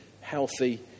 healthy